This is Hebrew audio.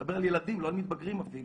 אני מדבר על ילדים, לא על מתבגרים אפילו.